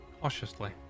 Cautiously